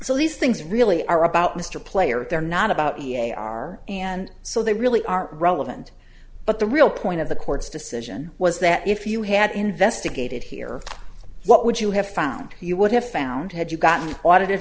so these things really are about mr player they're not about e a are and so they really aren't relevant but the real point of the court's decision was that if you had investigated here what would you have found you would have found had you gotten audited